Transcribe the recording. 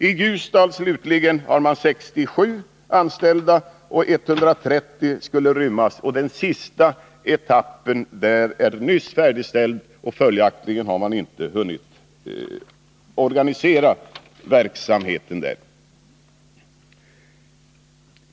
I Ljusdal slutligen har man 67 anställda, och 130 skulle rymmas. Den sista etappen där är nyss färdigställd, och följaktligen har man inte hunnit organisera verksamheten.